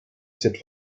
cette